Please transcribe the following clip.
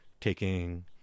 taking